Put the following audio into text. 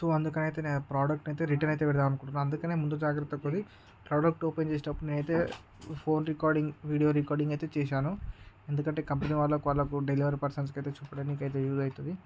so అందుకనైతే నేను ఆ ప్రోడక్ట్ అయితే రిటర్న్ అయితే పెడదాం అనుకుంటున్నాను అందుకనే ముందు జాగ్రత్తతోని ప్రోడక్ట్ ఓపెన్ చేసినప్పుడు నేనైతే ఫోన్ రికార్డింగ్ వీడియో రికార్డింగ్ అయితే చేశాను ఎందుకంటే కంపెనీ వాళ్ళకు వాళ్ళకు డెలివరీ పర్సన్స్కి అయితే చూపడానికి వీలవుతుంది